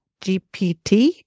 GPT